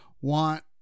want